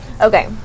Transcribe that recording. Okay